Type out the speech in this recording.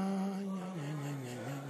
חוק חוזה הביטוח (תיקון מס'